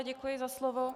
Děkuji za slovo.